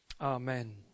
Amen